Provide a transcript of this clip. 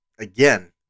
Again